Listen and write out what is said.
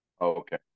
okay